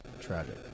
Tragic